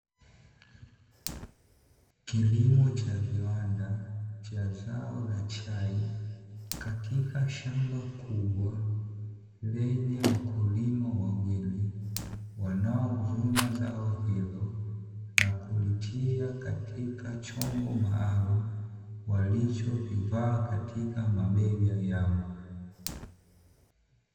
Kilimo cha viwanda cha zao la chai katika shamba kubwa lenye wakulima wawili wanaovuna zao hilo, na kulitia katika chombo maalumu, walichokivaa katika mabega yao.